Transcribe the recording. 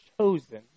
chosen